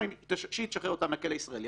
שתשחרר אותם מהכלא הישראלי.